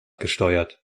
gesteuert